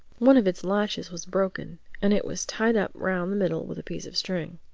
one of its latches was broken and it was tied up round the middle with a piece of string.